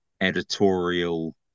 editorial